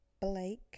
Blake